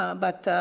ah but,